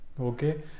okay